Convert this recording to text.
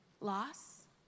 loss